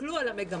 תסתכלו על המגמה,